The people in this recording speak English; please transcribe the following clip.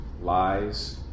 lies